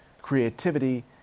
creativity